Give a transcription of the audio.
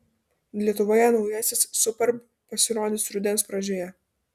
lietuvoje naujasis superb pasirodys rudens pradžioje